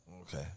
Okay